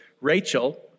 Rachel